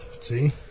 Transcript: See